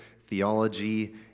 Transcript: theology